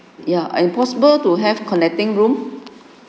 ya and possible to have connecting room